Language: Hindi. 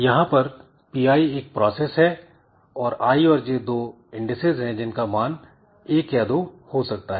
यहां पर Pi एक प्रोसेस है और i और j दो इंडिसेस है जिनका मान 1 या 2 हो सकता है